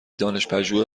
دانشپژوه